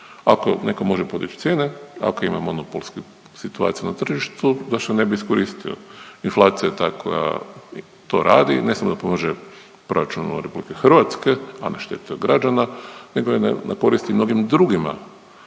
Ako neko može podić cijene, ako ima monopolsku situaciju na tržištu zašto ne bi iskoristio, inflacija je ta koja to radi, ne samo da pomaže proračunu RH, a na štetu građana nego i na korist mnogim drugima,